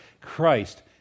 Christ